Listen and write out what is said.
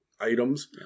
items